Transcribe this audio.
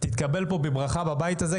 תתקבל בברכה בבית הזה,